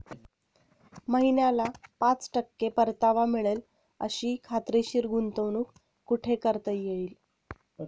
महिन्याला पाच टक्के परतावा मिळेल अशी खात्रीशीर गुंतवणूक कुठे करता येईल?